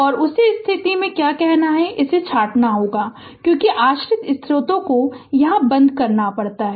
और उस स्थिति में क्या करना है इसे छाँटना है क्योंकि आश्रित स्रोतों को बंद करना पड़ता है